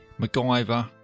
macgyver